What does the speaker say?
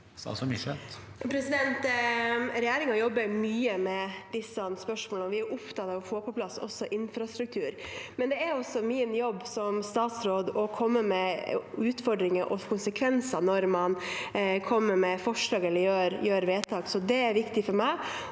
Regjeringen jobber mye med disse spørsmålene. Vi er også opptatt av å få på plass infrastruktur. Men det er også min jobb som statsråd å komme med utfordringer og konsekvenser når man kommer med forslag eller fatter vedtak. Det er det viktig for meg